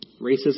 Racism